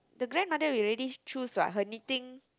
the grandmother we already choose what her knitting